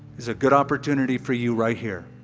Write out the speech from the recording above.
there's a good opportunity for you right here.